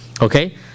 Okay